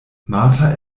marta